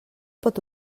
pot